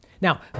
Now